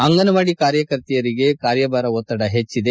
ಅಂಗನವಡಿ ಕಾರ್ಯಕರ್ತರಿಗೆ ಕಾರ್ಯಭಾರ ಒತ್ತಡ ಹೆಚ್ಚಿದೆ